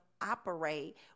operate